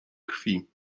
krwi